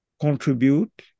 contribute